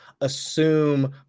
assume